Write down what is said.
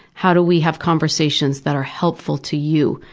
how do we have conversations that are helpful to you,